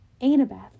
Annabeth